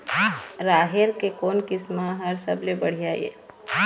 राहेर के कोन किस्म हर सबले बढ़िया ये?